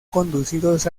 conducidos